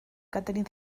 catherine